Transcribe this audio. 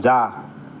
जा